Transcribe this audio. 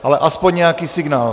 Ale aspoň nějaký signál.